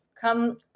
come